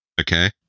Okay